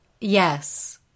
yes